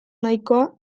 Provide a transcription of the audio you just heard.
nahikoa